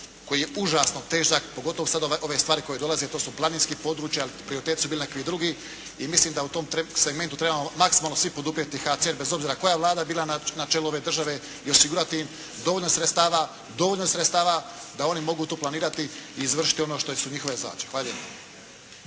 koji je užasno težak, pogotovo sad ove stvari koje dolaze. To su planinska područja, prioriteti su bili neki drugi i mislim da u tom segmentu trebamo maksimalno svi poduprijeti HCR, bez obzira koja Vlada bila na čelu ove države i osigurati im dovoljno sredstava da oni mogu to planirati i izvršiti ono što su njihove zadaće. Hvala